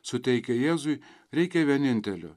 suteikę jėzui reikia vienintelio